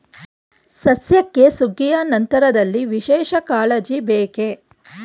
ಸಸ್ಯಕ್ಕೆ ಸುಗ್ಗಿಯ ನಂತರದಲ್ಲಿ ವಿಶೇಷ ಕಾಳಜಿ ಬೇಕೇ?